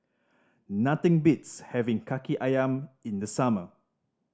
nothing beats having Kaki Ayam in the summer